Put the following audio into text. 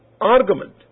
argument